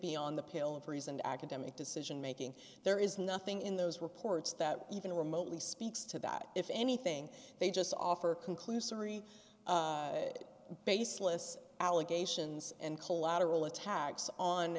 beyond the pale of reasoned academic decision making there is nothing in those reports that even remotely speaks to that if anything they just offer conclusory baseless allegations and collateral attacks on